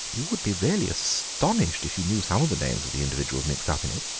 you would be really astonished if you knew some of the names of the individuals mixed up in it,